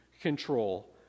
control